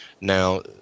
Now